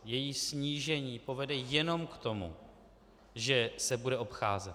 Její snížení povede jenom k tomu, že se bude obcházet.